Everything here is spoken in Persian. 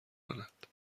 کند